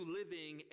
living